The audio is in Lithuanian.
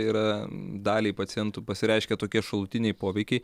yra daliai pacientų pasireiškia tokie šalutiniai poveikiai